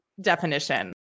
definition